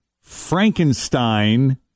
Frankenstein